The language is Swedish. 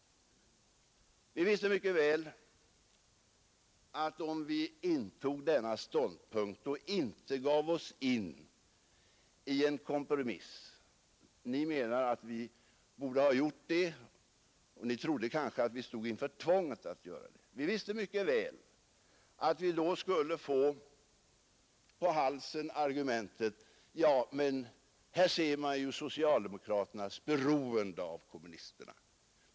Vi visste mycket väl att vi, om vi intog den ståndpunkt vi övervägde och inte gav oss in i en kompromiss — ni menar att vi borde ha gjort det och trodde kanske att vi stod inför tvånget att göra det — skulle få det argumentet på halsen att man nu ser socialdemokraternas beroende av kommunisterna.